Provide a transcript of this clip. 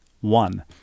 One